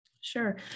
Sure